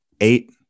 eight